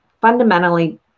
fundamentally